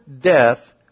death